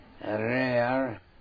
rare